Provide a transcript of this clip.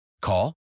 Call